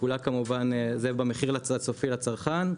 זה במחיר הסופי לצרכן.